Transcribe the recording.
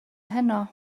heno